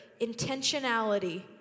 intentionality